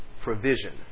Provision